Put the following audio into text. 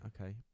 Okay